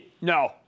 No